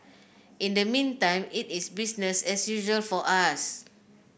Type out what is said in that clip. in the meantime it is business as usual for us